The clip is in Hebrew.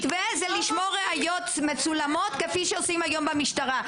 אפשר לשמור ראיות מצולמות כפי שעושים היום במשטרה.